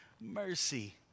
mercy